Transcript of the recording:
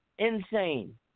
insane